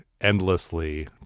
endlessly